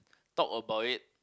talk about it